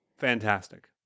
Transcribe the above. Fantastic